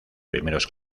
primeros